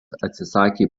atsisakė